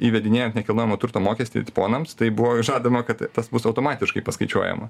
įvedinėjant nekilnojamo turto mokestį tponams tai buvo žadama kad tas bus automatiškai paskaičiuojama